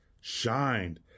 shined